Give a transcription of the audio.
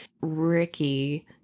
ricky